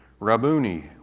Rabuni